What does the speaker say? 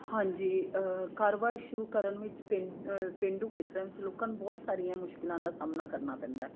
ਹਾਂਜੀ ਕਾਰੋਬਾਰ ਸ਼ੁਰੂ ਕਰਨ ਵਿੱਚ ਪੇ ਪੇਂਡੂ ਖੇਤਰਾਂ ਵਿੱਚ ਲੋਕਾਂ ਨੂੰ ਬਹੁਤ ਸਾਰੀਆਂ ਮੁਸ਼ਕਿਲਾਂ ਦਾ ਸਾਹਮਣਾ ਕਰਨਾ ਪੈਂਦਾ